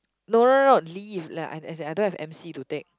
no no no leave like I as in I don't have m_c to take